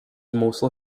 mostly